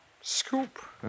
Scoop